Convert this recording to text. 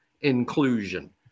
inclusion